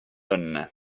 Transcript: õnne